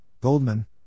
Goldman